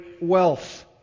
wealth